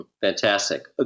Fantastic